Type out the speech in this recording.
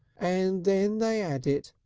and then they ad it!